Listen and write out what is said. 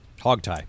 Hogtie